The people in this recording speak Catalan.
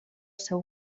seu